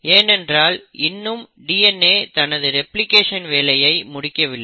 ஏனென்றால் இன்னும் DNA தனது ரெப்ளிகேஷன் வேலையை முடிக்க வில்லை